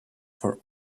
for